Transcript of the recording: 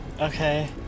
Okay